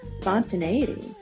spontaneity